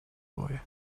boy